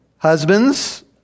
Husbands